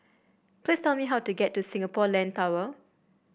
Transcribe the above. please tell me how to get to Singapore Land Tower